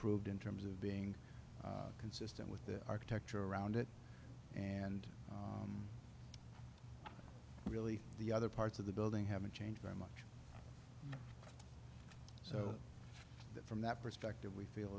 improved in terms of being consistent with the architecture around it and really the other parts of the building haven't changed very much so that from that perspective we feel